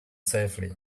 safely